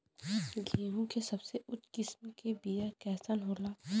गेहूँ के सबसे उच्च किस्म के बीया कैसन होला?